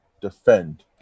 defend